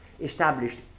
established